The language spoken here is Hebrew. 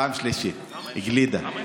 פעם שלישית גלידה.